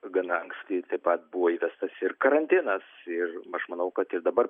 gana anksti taip pat buvo įvestas ir karantinas ir aš manau kad ir dabar